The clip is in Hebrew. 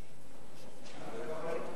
חזרה לוועדת